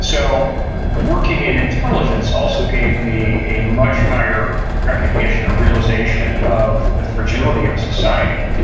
so working in intelligence also gave me a much higher recognition or realization of the fragility of society.